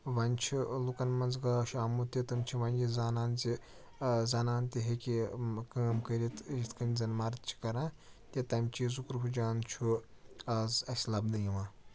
وۄنۍ چھُ لُکَن منٛز گاش آمُت تہِ تم چھِ وۄنۍ یہِ زانان زِ زَنان تہِ ہیٚکہِ کٲم کٔرِتھ یِتھ کٔنۍ زَن مَرد چھِ کران تہِ تَمہِ چیٖزُک رُہ جان چھُ آز اَسہِ لَبنہٕ یِوان